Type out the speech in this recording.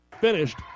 finished